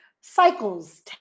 Cycles